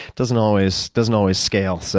doesn't always doesn't always scale. so